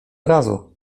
razu